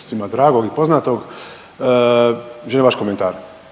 svima dragog i poznatog, želim vaš komentar.